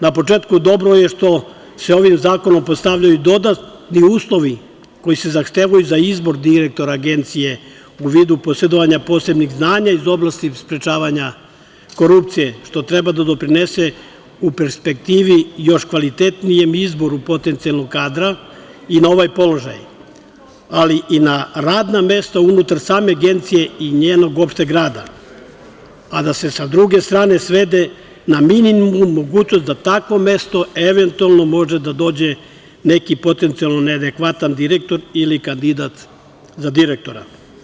Na početku, dobro je što se ovim zakonom postavljaju dodatni uslovi koji se zahtevaju za izbor direktora Agencije, u vidu posedovanja posebnih znanja, iz oblasti sprečavanja korupcije, što treba da doprinese u perspektivi još kvalitetnijem izboru, potencijalnog kadra i na ovaj položaj, ali i na radna mesta unutar same Agencije i njenog opšteg rada a da se sa druge strane svede na minimum mogućnosti da na takvo mesto eventualno može da dođe neki potencijalno neadekvatan direktor ili kandidat za direktora.